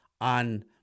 on